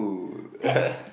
pets